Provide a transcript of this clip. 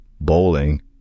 bowling